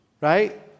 right